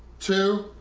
two,